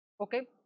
okay